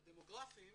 הדמוגרפיים,